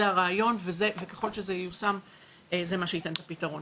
זה הרעיון וככל שזה ייושם זה מה שייתן פתרון.